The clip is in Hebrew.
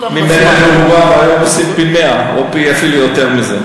רבוע והיום עושים פי-100 ואפילו יותר מזה.